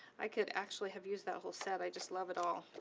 i could actually have used that whole set. i just love it all!